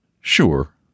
Sure